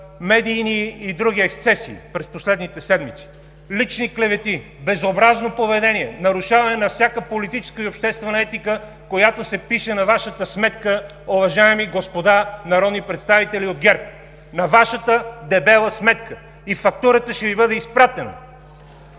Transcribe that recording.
медийни и други ексцесии през последните седмици. Лични клевети, безобразно поведение, нарушаване на всяка политическа и обществена етика, която се пише на Вашата сметка, уважаеми господа народни представители от ГЕРБ, на Вашата дебела сметка. И фактурата ще Ви бъде изпратена.